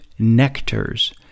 nectars